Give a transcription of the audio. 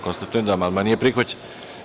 Konstatujem da amandman nije prihvaćen.